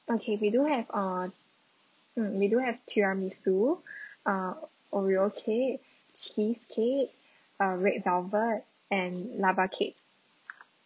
okay we do have uh um we do have tiramisu uh oreo cake cheesecake uh red velvet and lava cake